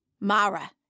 Mara